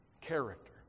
character